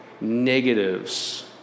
negatives